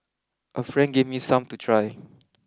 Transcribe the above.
a friend gave me some to try